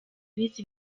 bize